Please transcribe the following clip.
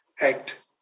Act